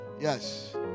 Yes